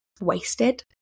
wasted